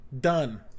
Done